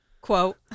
Quote